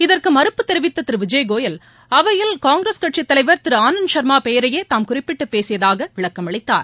இதற்கு மறுப்பு தெரிவித்த திரு விஜய்கோயல் அவையின் காங்கிரஸ் கட்சித் தலைவர் திரு ஆனந்த் சர்மா பெயரையே தாம் குறிப்பிட்டு பேசியதாக விளக்கம் அளித்தார்